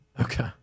Okay